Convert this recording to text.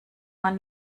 man